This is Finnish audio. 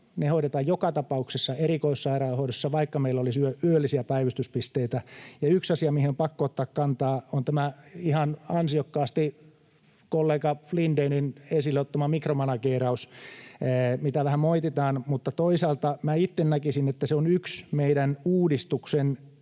Ne hoidetaan joka tapauksessa erikoissairaanhoidossa, vaikka meillä olisi yöllisiä päivystyspisteitä. Ja yksi asia, mihin on pakko ottaa kantaa, on tämä ihan ansiokkaasti kollega Lindénin esille ottama mikromanageeraus, mitä vähän moititaan. Mutta toisaalta minä itse näkisin, että se on yksi meidän uudistuksen